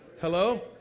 Hello